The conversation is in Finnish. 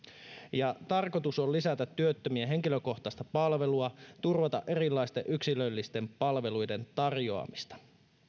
tarkoitus on lisätä työttömien henkilökohtaista palvelua ja turvata erilaisten yksilöllisten palveluiden tarjoamista